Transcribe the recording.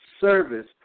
service